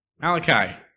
Malachi